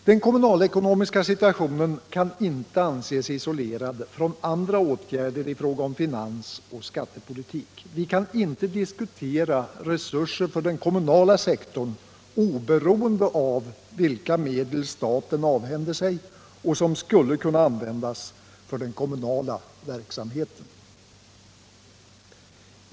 Den kommunalekonomiska situationen kan inte ses isolerad från andra åtgärder i fråga om finansoch skattepolitik. Vi kan inte diskutera resurserna för den kommunala sektorn oberoende av vilka medel staten avhänder sig och som skulle kunna användas för den kommunala verksamheten.